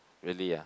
really ah